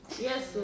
Yes